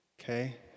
okay